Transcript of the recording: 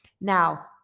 Now